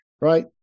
Right